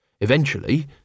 Eventually